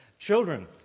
Children